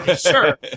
sure